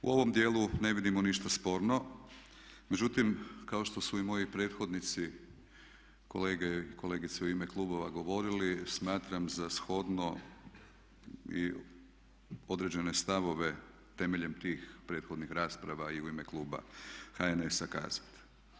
U ovom djelu ne vidimo ništa sporno međutim kao što su i moji prethodnici kolege i kolege u ime klubova govorili smatram za shodno i određene stavove temeljem tih rasprava i u ime kluba HNS-a kazat.